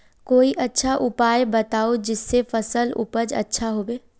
कोई अच्छा उपाय बताऊं जिससे फसल उपज अच्छा होबे